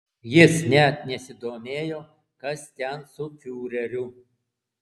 jis net nesidomėjo kas ten su fiureriu